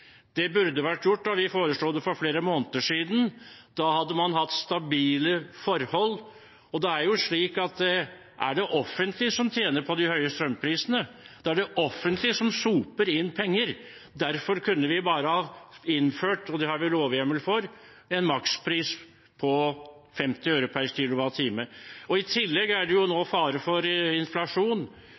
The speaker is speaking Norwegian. Det burde vært gjort da vi foreslo det for flere måneder siden. Da hadde man hatt stabile forhold. Og det er jo slik at det er det offentlige som tjener på de høye strømprisene. Det er det offentlige som soper inn penger. Derfor kunne vi bare ha innført, og det har vi lovhjemmel for, en makspris på 50 øre/kWh. I tillegg er det nå fare for inflasjon.